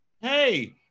hey